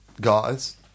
guys